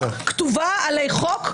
כתובה עלי חוק,